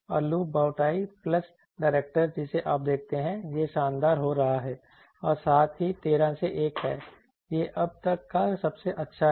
और लूप बोटाई plus directors जिसे आप देखते हैं यह शानदार हो रहा है और साथ ही 13 से 1 है यह अब तक का सबसे अच्छा है